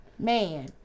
Man